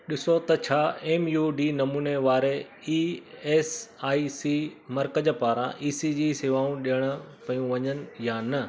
ॾिसो त छा एम यू डी नमूने वारे ई एस आई सी मर्कज़ पारां ईसीजी शेवाऊं ॾियण पियूं वञनि या न